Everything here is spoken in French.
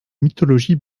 mythologie